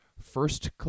first